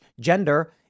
gender